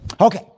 Okay